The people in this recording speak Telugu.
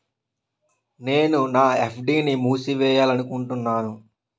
నేను నా ఎఫ్.డి ని మూసివేయాలనుకుంటున్నాను